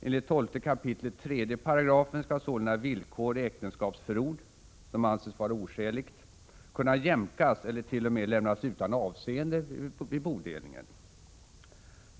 Enligt 12 kap. 3 § skall sålunda villkor i äktenskapsförord som anses vara oskäligt kunna jämkas eller t.o.m. lämnas utan avseende vid bodelningen.